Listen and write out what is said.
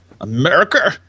America